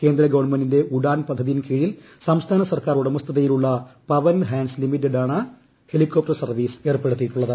കേന്ദ്ര ഗവൺമെന്റിന്റെ ഉഡാൻ പദ്ധതിയിൻ കീഴിൽ സംസ്ഥാന സർക്കാർ ഉടമസ്ഥതയിലുള്ള പവൻഹാൻസ് ലിമിറ്റഡാണ് ഹെലികോപ്ടർ സർവ്വീസ് ഏർപ്പെടുത്തിയിട്ടുള്ളത്